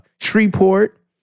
Shreveport